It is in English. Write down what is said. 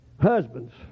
husbands